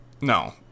No